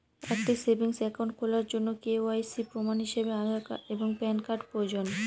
একটি savings account খোলার জন্য কে.ওয়াই.সি প্রমাণ হিসাবে আধার এবং প্যান কার্ড প্রয়োজন